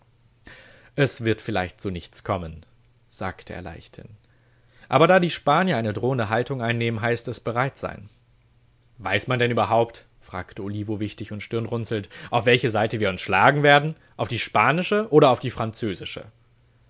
es wird vielleicht zu nichts kommen sagte er leichthin aber da die spanier eine drohende haltung einnehmen heißt es bereit sein weiß man denn überhaupt fragte olivo wichtig und stirnrunzelnd auf welche seite wir uns schlagen werden auf die spanische oder auf die französische